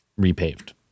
repaved